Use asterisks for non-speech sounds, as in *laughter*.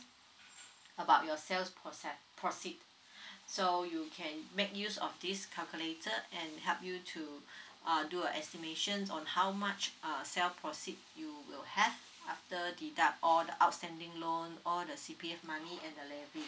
about your sales process proceed *breath* so you can make use of this calculator and help you to *breath* uh do a estimations on how much uh sell proceed you will have after deduct all the outstanding loan all the C_P_F money and the levy